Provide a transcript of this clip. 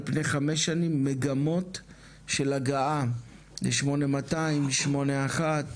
על פני 5 שנים מגמות של הגעה ל-8200, 81,